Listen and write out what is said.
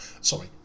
Sorry